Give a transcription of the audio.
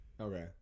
Okay